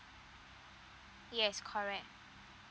yes correct